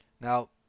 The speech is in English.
now